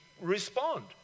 respond